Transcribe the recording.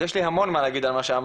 יש לי המון מה להגיד על מה שאמרת.